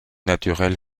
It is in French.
naturel